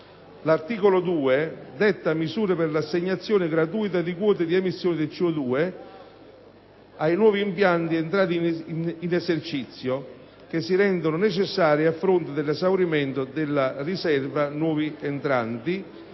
L'articolo 2 detta misure per l'assegnazione gratuita di quote di emissione di CO2 ai nuovi impianti entrati in esercizio, che si rendono necessarie a fronte dell'esaurimento della «Riserva nuovi entranti»